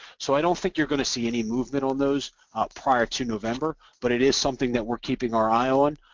so i don't think you're going to see any movement on those prior to november, but it is something that we're keeping our eye on,